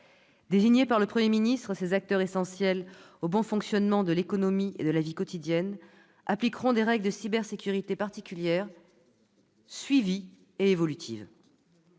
Désignés par le Premier ministre, ces acteurs essentiels au bon fonctionnement de l'économie et de la vie quotidienne appliqueront des règles de cybersécurité particulières, suivies et évolutives.